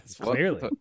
clearly